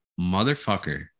motherfucker